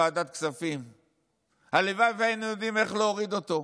ועדת כספים: הלוואי שהיינו יודעים איך להוריד אותו,